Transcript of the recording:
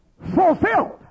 Fulfilled